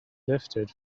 lifted